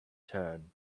turn